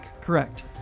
correct